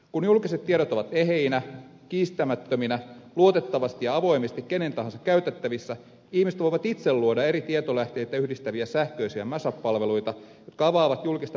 kun julkiset tiedot ovat eheinä kiistämättöminä luotettavasti ja avoimesti kenen tahansa käytettävissä ihmiset voivat itse luoda eri tietolähteitä yhdistäviä sähköisiä mashup palveluita jotka avaavat julkista päätöksentekoa ja hallintoa